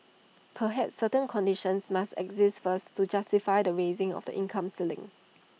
perhaps certain conditions must exist first to justify the raising of the income ceiling